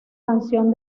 canción